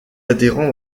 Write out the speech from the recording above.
adhérent